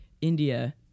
India